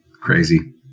Crazy